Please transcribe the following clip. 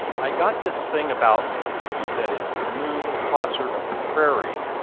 i got this thing about me, he said in moon tosser of the prairie,